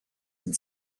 and